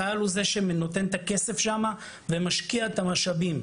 צה"ל הוא זה שנותן את הכסף שם ומשקיע את המשאבים.